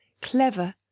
clever